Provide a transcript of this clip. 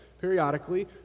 periodically